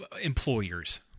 employers